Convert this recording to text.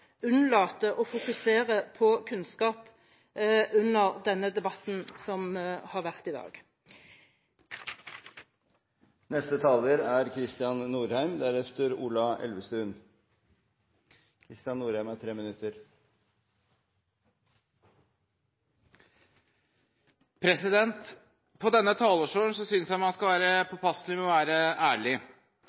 unnlater å fokusere på kunnskap under debatten her i dag. På denne talerstolen synes jeg man skal være påpasselig med å være ærlig,